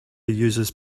uses